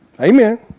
Amen